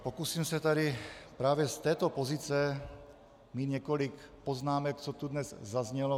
Pokusím se tady právě z této pozice mít několik poznámek, co tu dnes zaznělo.